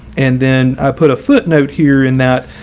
and then i put a footnote here in that